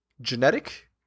Genetic